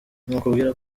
nakubwira